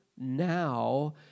now